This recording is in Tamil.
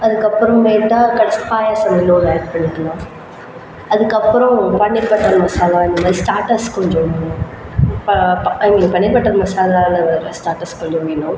அதுக்கப்றமேட்டா கச் பாயசம் இன்னோன்னு ஆட் பண்ணிக்கலாம் அதுக்கப்புறம் பன்னீர் பட்டர் மசாலா அந்தமாதிரி ஸ்டார்ட்டர்ஸ் கொஞ்சம் ப எங்களுக்கு பன்னீர் பட்டர் மசாலாவில் வர ஸ்டார்ட்டர்ஸ் கொஞ்சம் வேணும்